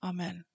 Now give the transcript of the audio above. Amen